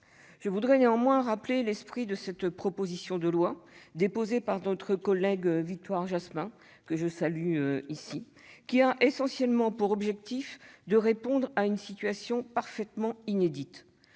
Je voudrais néanmoins rappeler l'esprit de cette proposition de loi, déposée par notre collègue Victoire Jasmin, que je salue. Ce texte a pour objectif essentiel de répondre à une situation parfaitement inédite.